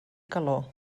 calor